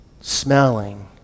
smelling